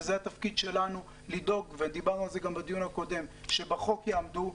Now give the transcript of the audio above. וזה התפקיד שלנו לדאוג דיברנו על זה גם בדיון הקודם שיעמדו על החוק,